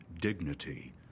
dignity